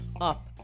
up